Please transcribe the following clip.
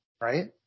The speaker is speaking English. right